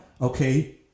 okay